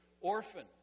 orphans